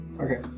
Okay